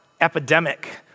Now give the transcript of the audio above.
epidemic